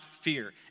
fear